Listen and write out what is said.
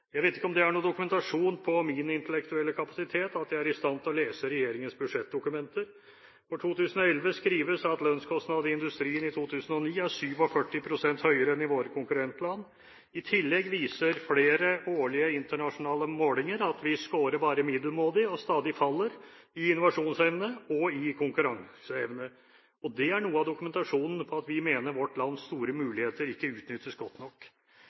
Jeg vet ikke om det er noen dokumentasjon på min intellektuelle kapasitet at jeg er i stand til å lese regjeringens budsjettdokumenter. For 2011 skrives at lønnskostnadene i industrien i 2009 er 47 pst. høyere enn i våre konkurrentland. I tillegg viser flere årlige internasjonale målinger at vi scorer bare middelmådig og stadig faller i innovasjonsevne og i konkurranseevne. Det mener vi er noe av dokumentasjonen på at vårt lands muligheter ikke utnyttes godt nok.